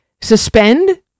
Suspend